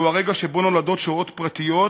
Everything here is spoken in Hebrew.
זהו הרגע שבו נולדות שואות פרטיות,